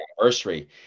anniversary